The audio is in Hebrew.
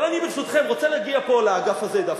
אבל אני, ברשותכם, רוצה להגיע פה, לאגף הזה דווקא.